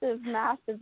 massive